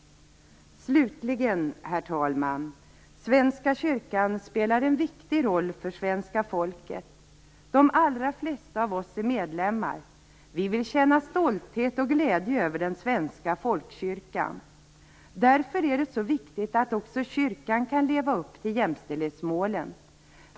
Slutligen herr talman, vill jag säga att Svenska kyrkan spelar en viktig roll för svenska folket. De allra flesta av oss är medlemmar. Vi vill känna stolthet och glädje över den svenska folkkyrkan. Därför är det så viktigt att också kyrkan kan leva upp till jämställdhetsmålen.